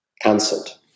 cancelled